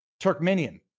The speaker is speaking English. Turkmenian